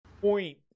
point